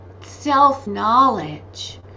self-knowledge